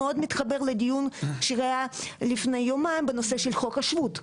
מאוד מתחבר לדיון שהיה לפני יומיים בנושא של חוק השבות,